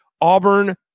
auburn